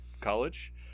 college